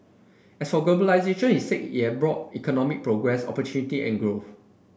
as for globalisation he said it had brought economic progress opportunity and growth